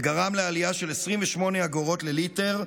וגרם לעלייה של 28 אגורות לליטר,